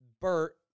Bert